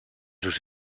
sus